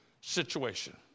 situation